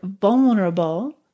vulnerable